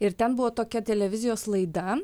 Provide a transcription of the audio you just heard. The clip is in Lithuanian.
ir ten buvo tokia televizijos laida